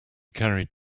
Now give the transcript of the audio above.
carried